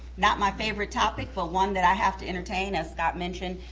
not my favorite topic, but one that i have to entertain. as scott mentioned,